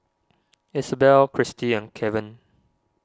Isobel Christie and Keven